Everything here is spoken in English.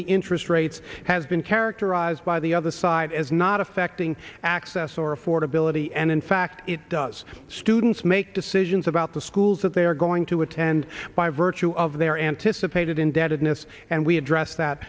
the interest rates has been characterized by the other side as not affecting access or affordability and in fact it does students make decisions about the schools that they are going to attend by virtue of their anticipated indebtedness and we address that